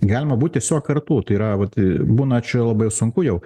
galima būt tiesiog kartu tai yra vat būna čia labai sunku jau